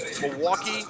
Milwaukee